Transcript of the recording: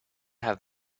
have